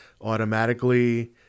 automatically